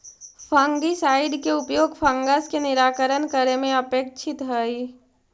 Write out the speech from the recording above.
fungicide के उपयोग fungus के निराकरण करे में अपेक्षित हई